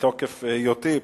מתוקף היותי,